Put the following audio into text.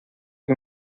que